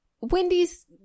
Wendy's